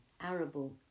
Arable